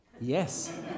Yes